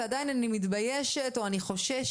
ועדיין אני מתביישת או חוששת.